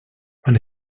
when